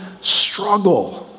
struggle